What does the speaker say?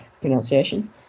pronunciation